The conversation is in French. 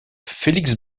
félix